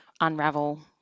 unravel